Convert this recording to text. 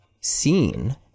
seen